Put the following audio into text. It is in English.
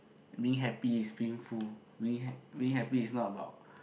me happy is being full me ha~ me happy is not about